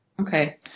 Okay